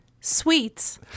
sweets